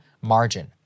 margin